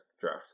draft